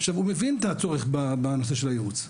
עכשיו הוא מבין את הצורך בנושא של הייעוץ,